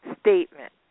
statement